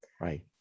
Right